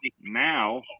Now